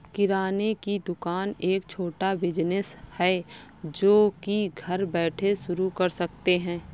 किराने की दुकान एक छोटा बिज़नेस है जो की घर बैठे शुरू कर सकते है